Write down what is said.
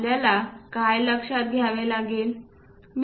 आपल्याला काय लक्षात घ्यावे लागेल